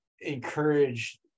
encourage